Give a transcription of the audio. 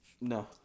No